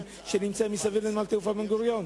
שנמצאים מסביב לנמל התעופה בן-גוריון?